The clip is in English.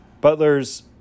Butler's